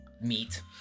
Meat